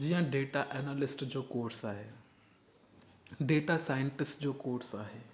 जीअं data analyst जो course आहे डेटा सांइटिस्ट जो कोर्स आहे